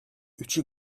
üçü